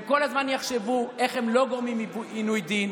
הם כל הזמן יחשבו איך הם לא גורמים עינוי דין.